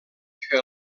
que